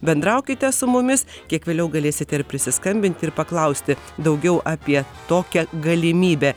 bendraukite su mumis kiek vėliau galėsite ir prisiskambinti ir paklausti daugiau apie tokią galimybę